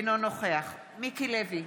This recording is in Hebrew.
אינו נוכח מיקי לוי,